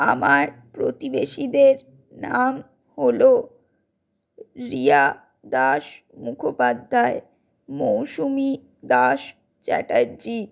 আমার প্রতিবেশীদের নাম হল রিয়া দাস মুখোপাধ্যায় মৌসুমি দাস চ্যাটার্জী